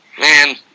Man